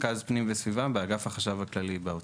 רכז פנים וסביבה באגף החשב הכללי באוצר.